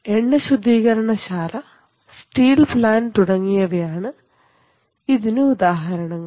എണ്ണ ശുദ്ധീകരണ ശാല സ്റ്റീൽ പ്ലാൻറ് തുടങ്ങിയവയാണ് ഇതിന് ഉദാഹരണങ്ങൾ